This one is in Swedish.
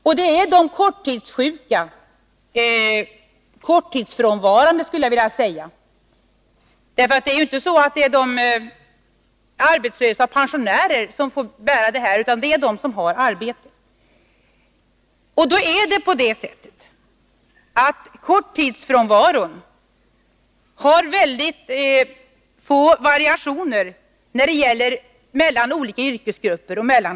Förslaget berör i huvudsak de korttidssjuka — eller de korttidsfrånvarande, skulle jag vilja säga, för det är ju inte så att det är arbetslösa och pensionärer som får bära bördan, utan det är de som har arbete. Men det förhåller sig så att korttidsfrånvaron har mycket små variationer när det gäller olika yrkesgrupper och olika kön.